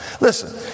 Listen